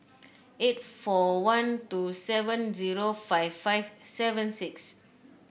eight four one two seven zero five five seven six